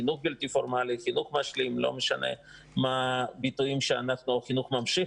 החינוך הבלתי פורמלי או החינוך המשלים או חינוך ממשיך,